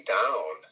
down